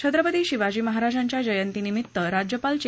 छत्रपती शिवाजी महाराजांच्या जयंतीनिमित्त राज्यपाल चे